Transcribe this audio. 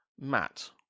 Matt